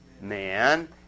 man